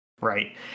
right